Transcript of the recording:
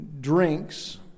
drinks